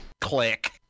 Click